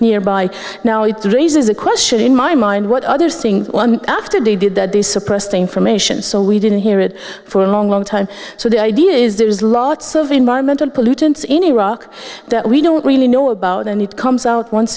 nearby now it raises a question in my mind what others think after they did that they suppressed information so we didn't hear it for a long long time so the idea is there is lots of environmental pollutants in iraq that we don't really know about and it comes out once